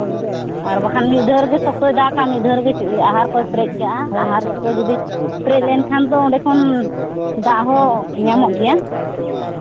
ᱟᱨ ᱵᱟᱠᱷᱟᱱ ᱢᱤᱫ ᱫᱷᱟᱹᱣ ᱨᱮᱜᱮ ᱥᱚᱠᱛᱚᱭ ᱫᱟᱜ ᱠᱟᱜᱼᱟ ᱢᱤᱫ ᱫᱷᱟᱣ ᱨᱮᱜᱮ ᱟᱦᱟᱨ ᱠᱚᱭ ᱯᱮᱨᱮᱡ ᱠᱟᱜᱼᱟ ᱟᱦᱟᱨ ᱠᱚ ᱡᱩᱫᱤ ᱯᱮᱨᱮᱡ ᱞᱮᱱᱠᱷᱟᱱ ᱫᱚ ᱚᱸᱰᱮ ᱠᱷᱚᱱ ᱫᱟᱜ ᱦᱚᱸ ᱧᱟᱢᱚᱜ ᱜᱮᱭᱟ